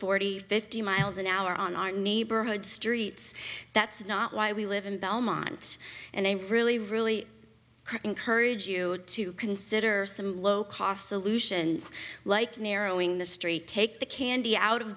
forty fifty miles an hour on our neighborhood streets that's not why we live in belmont and i really really encourage you to consider some low cost solutions like narrowing the street take the candy out